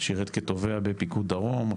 שירת כתובע בפיקוד דרום,